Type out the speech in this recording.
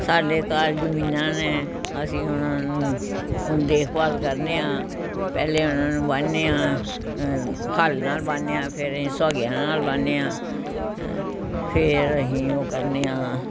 ਸਾਡੇ ਕਾਲਜ ਮੀਆਂ ਨੇ ਅਸੀਂ ਉਹਨਾਂ ਨੂੰ ਦੇਖਭਾਲ ਕਰਦੇ ਹਾਂ ਪਹਿਲੇ ਉਹਨਾਂ ਨੂੰ ਵਾਹੁੰਦੇ ਹਾਂ ਅ ਹਲ ਨਾਲ ਵਾਹੁੰਦੇ ਹਾਂ ਫਿਰ ਅਸੀਂ ਸੁਹਾਗਿਆਂ ਨਾਲ ਵਾਹੁੰਦੇ ਹਾਂ ਹਾਂ ਫਿਰ ਅਸੀਂ ਉਹ ਕਰਦੇ ਹਾਂ